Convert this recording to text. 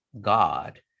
God